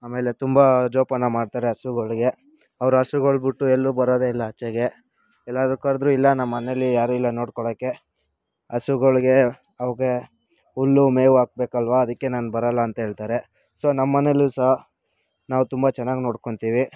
ಆಮೇಲೆ ತುಂಬ ಜೋಪಾನ ಮಾಡ್ತಾರೆ ಹಸುಗಳಿಗೆ ಅವರ ಹಸುಗಳು ಬಿಟ್ಟು ಎಲ್ಲೂ ಬರೋದೇ ಇಲ್ಲ ಆಚೆಗೆ ಎಲ್ಲಾದರೂ ಕರೆದ್ರೂ ಇಲ್ಲ ನಮ್ಮ ಮನೆಯಲ್ಲಿ ಯಾರೂ ಇಲ್ಲ ನೋಡ್ಕೊಳ್ಳೋಕ್ಕೆ ಹಸುಗಳಿಗೆ ಅವುಕ್ಕೆ ಹುಲ್ಲು ಮೇವು ಹಾಕ್ಬೇಕಲ್ವಾ ಅದಕ್ಕೆ ನಾನು ಬರೋಲ್ಲ ಅಂತ ಹೇಳ್ತಾರೆ ಸೊ ನಮ್ಮ ಮನೆಯಲ್ಲೂ ಸಹ ನಾವು ತುಂಬ ಚೆನ್ನಾಗಿ ನೋಡ್ಕೊತೀವಿ